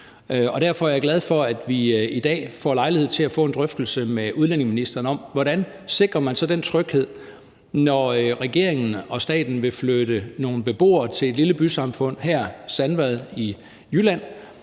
derfor er jeg glad for, at vi i dag får lejlighed til at få en drøftelse med udlændingeministeren om, hvordan man så sikrer den tryghed, når regeringen og staten vil flytte nogle beboere til et lille bysamfund, her Sandvad i Jylland,